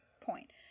point